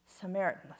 Samaritan